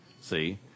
See